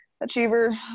achiever